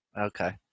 okay